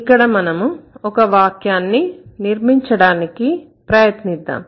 ఇక్కడ మనము ఒక వాక్యాన్ని నిర్మించడానికి ప్రయత్నిద్దాం